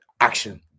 action